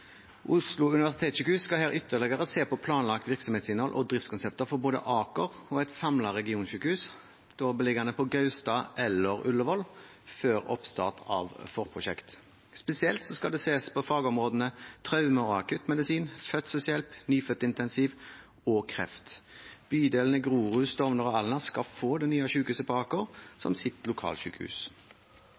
Oslo universitetssykehus skal ytterligere se på planlagt virksomhetsinnhold og driftskonsepter for både Aker og et samlet regionsykehus, da beliggende på Gaustad eller Ullevål, før oppstart av forprosjekt. Spesielt skal det ses på fagområdene traume- og akuttmedisin, fødselshjelp, nyfødtmedisin og kreft. Bydelene Grorud, Stovner og Alna skal få det nye sykehuset på Aker som